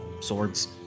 swords